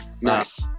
Nice